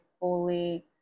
fully